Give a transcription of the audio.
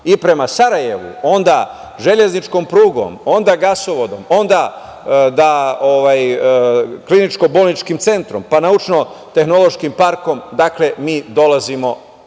i prema Sarajevu onda železničkom prugom, onda gasovodom, kliničko-bolničkim centrom, naučno tehnološkim parkom mi dolazimo, ako